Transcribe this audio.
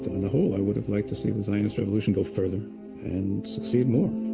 in the whole, i would've liked to seen the zionist revolution go further and succeed more.